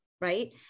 right